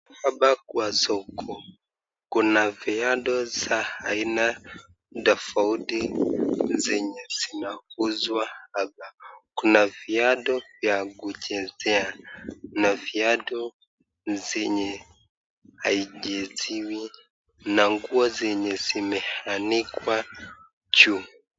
Hapa kwa soko kuna viatu vya aina tofauti zenye zinauzwa hapa. Kuna viatu ya kuchezea na viatu zenye haichezewi na nguo zenye zimeanikwa juu.